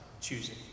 choosing